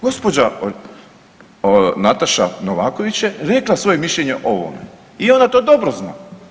Gospođa Nataša Novaković je rekla svoje mišljenje o ovome i ona to dobro zna.